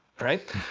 right